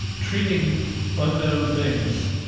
treating unknown things,